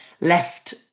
left